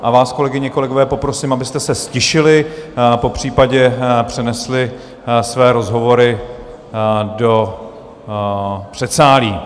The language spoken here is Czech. A vás, kolegyně a kolegové, poprosím, abyste se ztišili, popřípadě přenesli své rozhovory do předsálí.